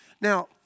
Now